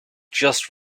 just